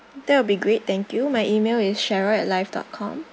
that will be great thank you my email is cheryl at live dot com